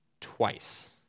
twice